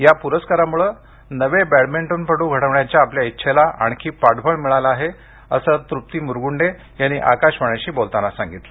या पुरस्कारामुळे नवे बॅडमिंटनपट् घडविण्याच्या आपल्या इच्छेला आणखी पाठबळ मिळालं आहे असं तृप्ती मूरगूंडे यांनी आकाशवाणीशी बोलताना सांगितलं